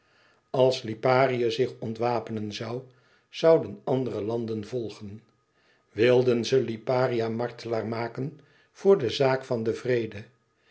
als liparië zich ontwapenen zoû zouden andere landen volgen wilden ze liparië martelaar maken voor de zaak van den vrede